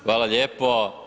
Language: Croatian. Hvala lijepo.